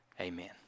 Amen